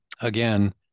again